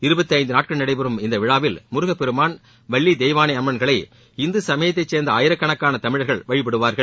இருபத்தி ஐந்து நாட்கள் நடைபெறும் இந்த விழாவில் முருகப்பெருமான் வள்ளி தெய்வானை அம்மனை இந்து சமயத்தை சேர்ந்த ஆயிரக்கணக்கான தமிழர்கள் வழிபடுவார்கள்